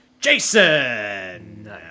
Jason